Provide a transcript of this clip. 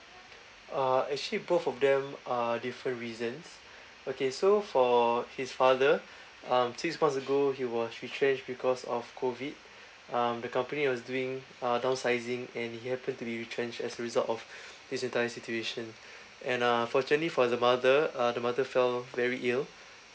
uh actually both of them are different reasons okay so for his father um six months ago he was retrenched because of COVID um the company was doing uh downsizing and he happened to be retrenched as a result of this entire situation and unfortunately for the mother uh the mother fell very ill